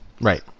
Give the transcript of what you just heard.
Right